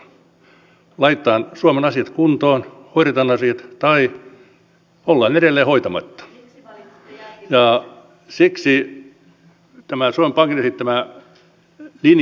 laitetaan suomen asiat kuntoon hoidetaan asiat tai ollaan edelleen hoitamatta ja siksi tämä suomen pankin esittämä linja on mielestäni hyvä